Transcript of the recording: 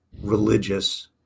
religious